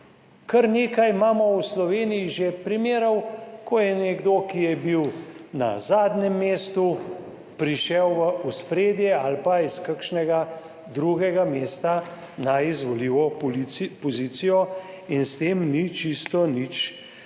Kar nekaj imamo v Sloveniji že primerov, ko je nekdo, ki je bil na zadnjem mestu, prišel v ospredje ali pa iz kakšnega drugega mesta na izvoljivo pozicijo in s tem ni čisto nič narobe.